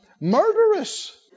murderous